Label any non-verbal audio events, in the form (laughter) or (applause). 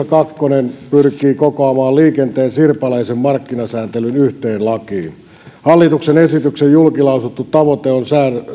(unintelligible) kakkonen pyrkii kokoamaan liikenteen sirpaleisen markkinasääntelyn yhteen lakiin hallituksen esityksen julkilausuttu tavoite on